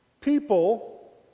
People